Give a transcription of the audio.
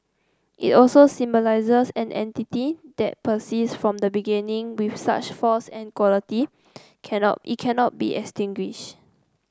it also symbolises an entity that persists from the beginning with such force and quality can not it cannot be extinguished